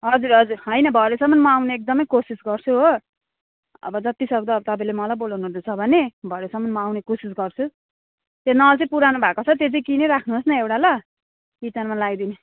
हजुर हजुर होइन भरेसम्ममा आउने एकदमै कोसिस गर्छु हो अब जतिसक्दो अब तपाईँले मलाई बोलाउनु हुँदैछ भने भरेसम्ममा आउने एकदमै कोसिस गर्छु त्यो नल चैँ पुरानो भएको छ त्यो चाहिँ किनिराख्नुहोस् न एउटा ल किचनमा लाइदिने